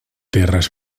terres